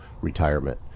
retirement